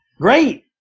great